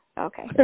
Okay